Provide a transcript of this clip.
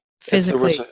Physically